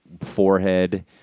forehead